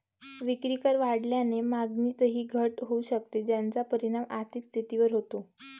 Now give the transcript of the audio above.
विक्रीकर वाढल्याने मागणीतही घट होऊ शकते, ज्याचा परिणाम आर्थिक स्थितीवर होतो